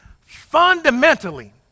fundamentally